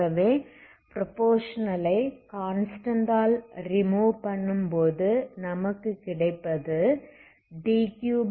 ஆகவே ப்ரோபோசனல் ஐ கான்ஸ்டன்ட் ஆல் ரீமூவ் பண்ணும்போது நமக்கு கிடைப்பதுdQdtkAu